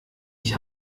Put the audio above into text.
ich